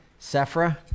sephra